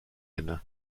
inne